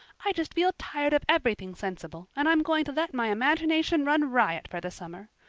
i just feel tired of everything sensible and i'm going to let my imagination run riot for the summer.